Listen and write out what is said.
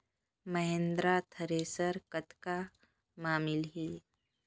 Mahindra thresher कतका म मिलही?